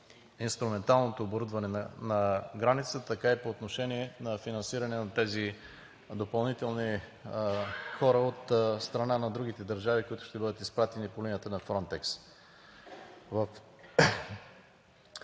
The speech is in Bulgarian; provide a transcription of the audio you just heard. инструменталното оборудване на границата, така и по отношение на финансиране на тези допълнителни хора от страна на другите държави, които ще бъдат изпратени по линията на Frontex